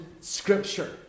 scripture